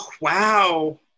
wow